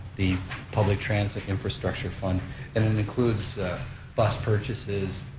the public transit infrastructure fund and it includes bus purchases,